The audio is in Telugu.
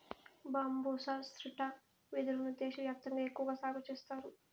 బంబూసా స్త్రిటా వెదురు ను దేశ వ్యాప్తంగా ఎక్కువగా సాగు చేత్తారు